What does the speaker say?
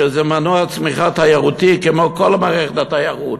שזה מנוע צמיחה תיירותי כמו כל מערכת התיירות,